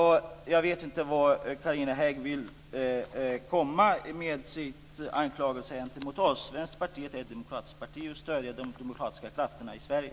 Jag vet inte vart Carina Hägg vill komma med sina anklagelser gentemot oss. Vänsterpartiet är ett demokratiskt parti och stöder de demokratiska krafterna i Sverige.